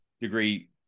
degree